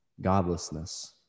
godlessness